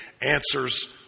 answers